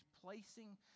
placing